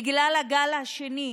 בגלל הגל השני,